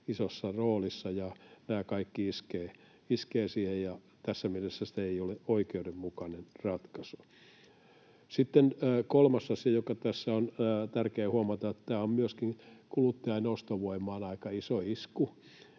isossa roolissa, ja nämä kaikki iskevät sinne, ja tässä mielessä se ei ole oikeudenmukainen ratkaisu. Sitten kolmas asia, joka tässä on tärkeää huomata, on, että tämä on myöskin kuluttajan ostovoimaan aika iso isku,